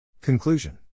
Conclusion